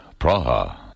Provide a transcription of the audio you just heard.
Praha